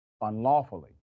unlawfully